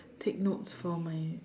take notes for my